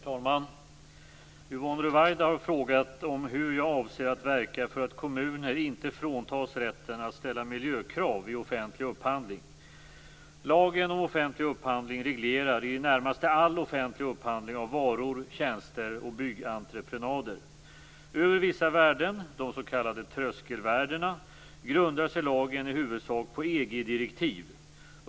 Herr talman! Yvonne Ruwaida har frågat hur jag avser att verka för att kommuner inte fråntas rätten att ställa miljökrav vid offentlig upphandling. Lagen om offentlig upphandling reglerar i det närmaste all offentlig upphandling av varor, tjänster och byggentreprenader. Över vissa värden, de s.k. tröskelvärdena, grundar sig lagen i huvudsak på EG direktiv.